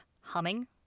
humming